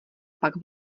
pak